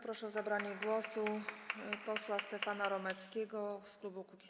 Proszę o zabranie głosu posła Stefana Romeckiego z klubu Kukiz’15.